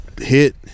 hit